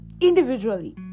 individually